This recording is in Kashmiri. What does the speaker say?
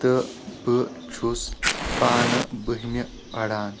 تہٕ بہٕ چھُس پانہٕ بہمہِ پران